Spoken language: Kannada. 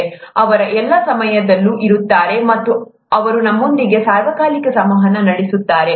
ಅವರು ಎಲ್ಲಾ ಸಮಯದಲ್ಲೂ ಇರುತ್ತಾರೆ ಮತ್ತು ಅವರು ನಮ್ಮೊಂದಿಗೆ ಸಾರ್ವಕಾಲಿಕ ಸಂವಹನ ನಡೆಸುತ್ತಾರೆ